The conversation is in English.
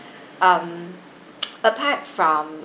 um apart from